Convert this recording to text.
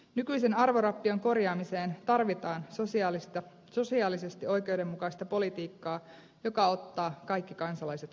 nykyisen arvorappion korjaamiseen tarvitaan sosiaalisesti oikeudenmukaista politiikkaa joka ottaa kaikki kansalaiset huomioon